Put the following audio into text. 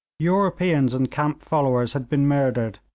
europeans and camp followers had been murdered,